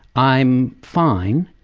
i'm fine,